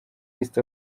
east